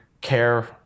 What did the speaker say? care